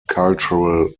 cultural